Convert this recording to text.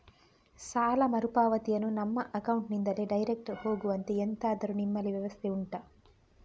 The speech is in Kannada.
ಸಾಲ ಮರುಪಾವತಿಯನ್ನು ನಮ್ಮ ಅಕೌಂಟ್ ನಿಂದಲೇ ಡೈರೆಕ್ಟ್ ಹೋಗುವಂತೆ ಎಂತಾದರು ನಿಮ್ಮಲ್ಲಿ ವ್ಯವಸ್ಥೆ ಉಂಟಾ